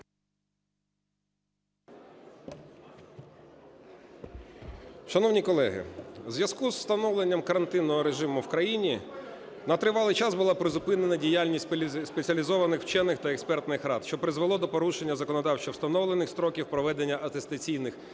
Шановні колеги! В зв'язку з встановленням карантинного режиму в країні на тривалий час була призупинена діяльність спеціалізованих вчених та експертних рад, що призвело до порушення законодавчо встановлених строків проведення атестаційних процедур,